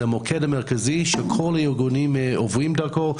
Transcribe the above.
זה המוקד המרכזי שכל הארגונים עוברים דרכו.